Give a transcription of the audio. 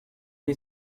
est